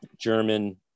German